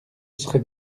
serait